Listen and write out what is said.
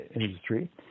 industry